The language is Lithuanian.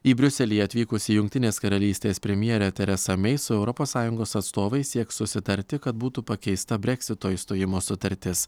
į briuselį atvykusi jungtinės karalystės premjerė teresa mei su europos sąjungos atstovais sieks susitarti kad būtų pakeista breksito išstojimo sutartis